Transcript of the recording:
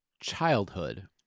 childhood